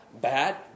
bad